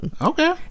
okay